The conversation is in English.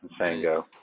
Sango